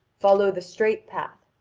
follow the straight path,